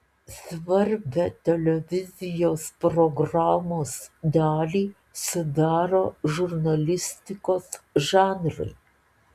svarbią televizijos programos dalį sudaro žurnalistikos žanrai